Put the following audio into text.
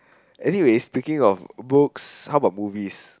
anyways speaking of books how bout movies